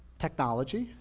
technology,